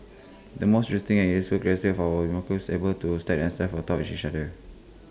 the most interesting and useful of our is able to stack themselves on top of each other